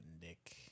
dick